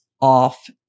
off